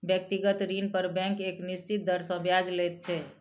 व्यक्तिगत ऋण पर बैंक एक निश्चित दर सॅ ब्याज लैत छै